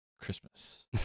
Christmas